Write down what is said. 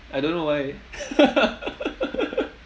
I don't know why